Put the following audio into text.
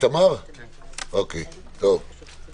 אדוני היושב-ראש.